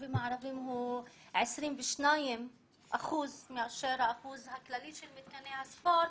ביישובים הערביים הוא 22% מתוך האחוז הכללי של מתקני הספורט.